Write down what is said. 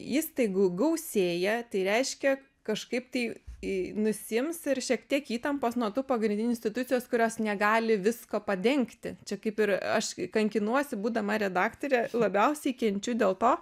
įstaigų gausėja tai reiškia kažkaip tai i nusiims ir šiek tiek įtampos nuo tų pagrindinių institucijos kurios negali visko padengti čia kaip ir aš kankinuosi būdama redaktore labiausiai kenčiu dėl to